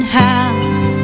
house